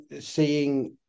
seeing